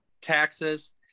taxes